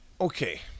okay